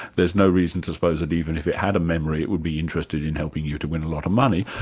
there's no reason to suppose that even if it had a memory it would be interested in helping you to win a lot of money.